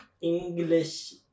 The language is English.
English